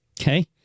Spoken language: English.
Okay